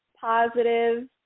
positive